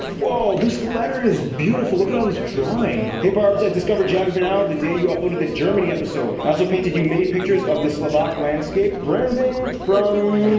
whoa, this letter is beautiful look at all this drawing! hey barbs, i discovered geography now! the day you uploaded the germany episode. i also painted you mini pictures of the slovak landscape. brendan from.